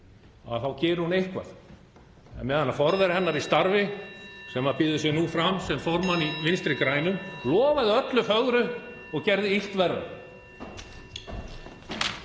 þá gerir hún eitthvað á meðan forveri hennar í starfi, sem býður sig nú fram sem formann í Vinstri grænum, lofaði öllu fögru og gerði illt verra.